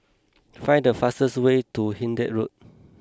find the fastest way to Hindhede Road